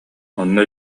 онно